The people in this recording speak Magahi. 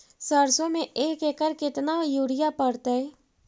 सरसों में एक एकड़ मे केतना युरिया पड़तै?